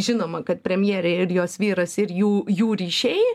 žinoma kad premjerė ir jos vyras ir jų jų ryšiai